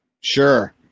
Sure